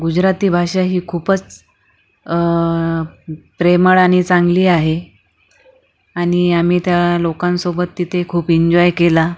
गुजराती भाषा ही खूपच प्रेमळ आणि चांगली आहे आणि आम्ही त्या लोकांसोबत तिथे खूप इन्जॉय केला